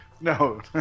no